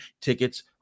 tickets